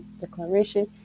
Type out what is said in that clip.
declaration